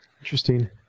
Interesting